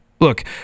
look